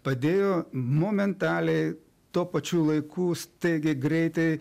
padėjo momentaliai tuo pačiu laiku staigiai greitai